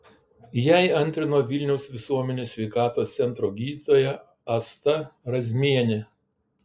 jai antrino vilniaus visuomenės sveikatos centro gydytoja asta razmienė